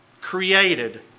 created